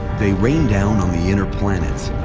they rain down on the inner planets,